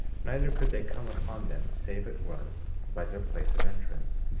neither could they come upon them save it was by their place of entrance.